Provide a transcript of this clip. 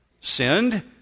sinned